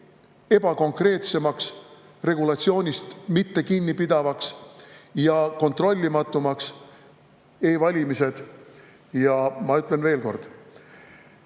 ebakonkreetsemaks, regulatsioonist mittekinnipidavaks ja kontrollimatumaks. Ma ütlen veel kord: